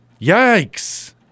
Yikes